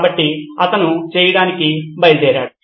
కాబట్టి అతను చేయటానికి బయలుదేరాడు